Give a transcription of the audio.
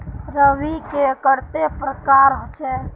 रवि के कते प्रकार होचे?